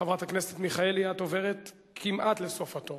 חברת הכנסת מיכאלי, את עוברת כמעט לסוף התור.